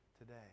today